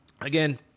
again